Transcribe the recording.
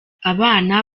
abana